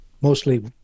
mostly